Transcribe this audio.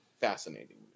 fascinating